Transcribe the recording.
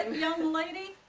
young lady?